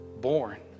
born